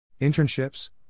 Internships